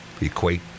equate